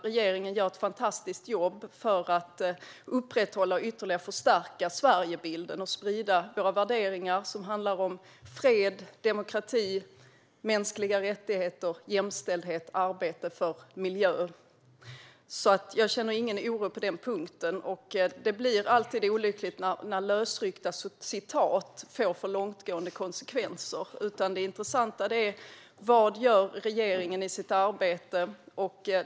Regeringen gör ett fantastiskt jobb för att upprätthålla och ytterligare förstärka Sverigebilden och sprida våra värderingar, som handlar om fred, demokrati, mänskliga rättigheter, jämställdhet och arbete för miljön. Jag känner alltså ingen oro på den punkten. Det blir alltid olyckligt när lösryckta citat får för långtgående konsekvenser. Det intressanta är vad regeringen gör i sitt arbete.